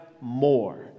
more